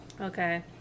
Okay